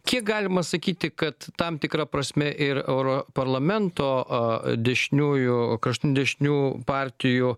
kiek galima sakyti kad tam tikra prasme ir europarlamento dešiniųjų kraštutinių dešinių partijų